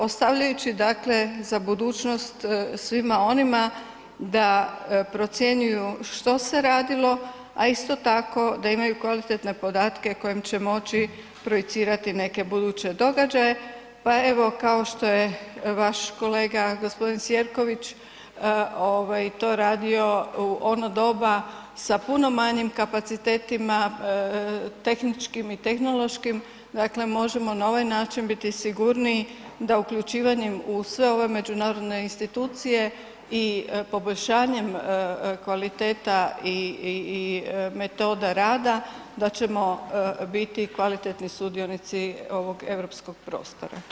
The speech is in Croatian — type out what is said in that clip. Ostavljajući dakle, za budućnost svima onima da procjenjuju što se radilo, a isto tako da imaju kvalitetne podatke kojim će moći projicirati neke buduće događaje pa evo, kao što je vaš kolega, g. Sijerković to radio u ono doba sa puno manjim kapacitetima tehničkim i tehnološkim, dakle, možemo na ovaj način biti sigurniji da uključivanjem u sve ove međunarodne institucije i poboljšanjem kvaliteta i metoda rada da ćemo biti kvalitetni sudionici ovog europskog prostora.